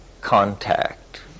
Contact